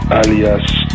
alias